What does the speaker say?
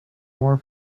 more